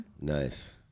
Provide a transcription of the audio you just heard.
Nice